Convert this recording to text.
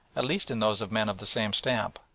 at least in those of men of the same stamp,